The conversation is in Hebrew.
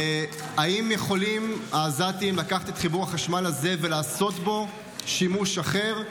האם העזתים יכולים לקחת את חיבור החשמל הזה ולעשות בו שימוש אחר,